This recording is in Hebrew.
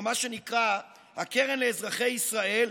או מה שנקרא הקרן לאזרחי ישראל,